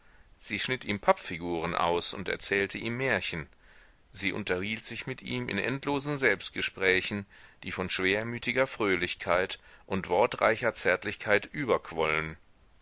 sie schnitt ihm pappfiguren aus und erzählte ihm märchen sie unterhielt sich mit ihm in endlosen selbstgesprächen die von schwermütiger fröhlichkeit und wortreicher zärtlichkeit überquollen